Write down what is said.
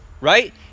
Right